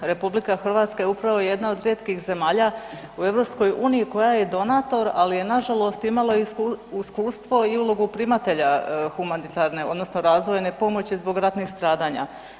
Republika Hrvatska je upravo jedna od rijetkih zemalja u EU koja je donator, ali je na žalost imala iskustvo i ulogu primatelja humanitarne, odnosno razvojne pomoći zbog ratnih stradanja.